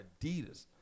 Adidas